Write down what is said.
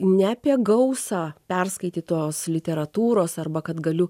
ne apie gausą perskaitytos literatūros arba kad galiu